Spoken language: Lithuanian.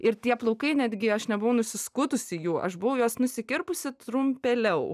ir tie plaukai netgi aš nebuvau nusiskutusi jų aš buvau juos nusikirpusi trumpėliau